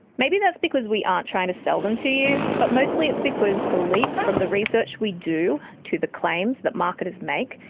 maybe that's because we aren't trying to sell them to you, but mostly it's because the leap from the research we do to the claims the marketers make,